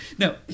No